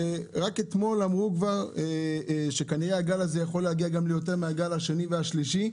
שרק אתמול אמרו שהגל הזה יכול להיות גם יותר מן הגל השני והשלישי.